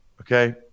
okay